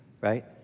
right